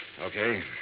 Okay